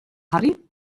jarri